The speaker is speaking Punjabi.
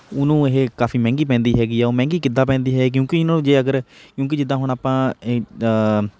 ਉਹਨੂੰ ਇਹ ਕਾਫੀ ਮਹਿੰਗੀ ਪੈਂਦੀ ਹੈਗੀ ਆ ਉਹ ਮਹਿੰਗੀ ਕਿੱਦਾਂ ਪੈਂਦੀ ਹੈ ਕਿਉਂਕਿ ਇਹਨਾਂ ਨੂੰ ਜੇ ਅਗਰ ਕਿਉਂਕਿ ਜਿੱਦਾਂ ਹੁਣ ਆਪਾਂ